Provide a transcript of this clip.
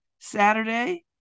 Saturday